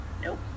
Nope